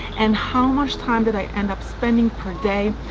and how much time did i end up spending per day?